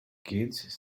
kids